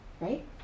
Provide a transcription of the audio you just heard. right